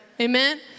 Amen